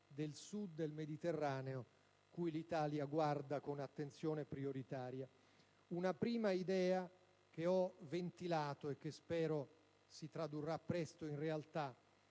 del Sud del Mediterraneo, cui l'Italia guarda con attenzione prioritaria. Una prima idea che ho ventilato, e che spero si tradurrà presto in realtà,